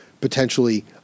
potentially